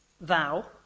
thou